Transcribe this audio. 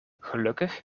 gelukkig